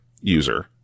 user